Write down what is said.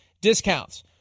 discounts